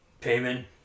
payment